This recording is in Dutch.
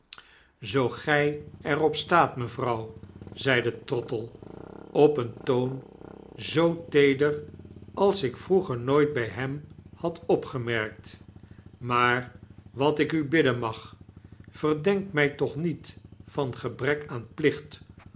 zoo gy er op staat mevrouw zeide trottle op een toon zoo teeder als ik vroeger nooit bij hem had opgemerkt maar wat ik u bidden mag verdenk mij toch niet van gebrek aan plicht